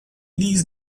these